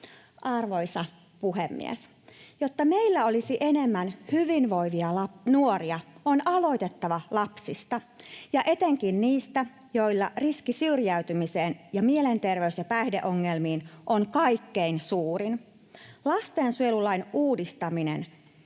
Arvoisa puhemies! Jotta meillä olisi enemmän hyvinvoivia nuoria, on aloitettava lapsista ja etenkin niistä, joilla riski syrjäytymiseen ja mielenterveys- ja päihdeongelmiin on kaikkein suurin. Lastensuojelulain uudistaminen